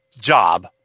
job